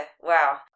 wow